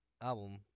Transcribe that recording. album